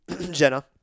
Jenna